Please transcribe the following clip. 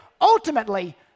ultimately